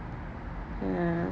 ya